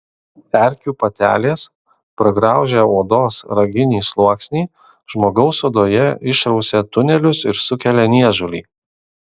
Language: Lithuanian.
erkių patelės pragraužę odos raginį sluoksnį žmogaus odoje išrausia tunelius ir sukelia niežulį